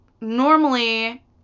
normally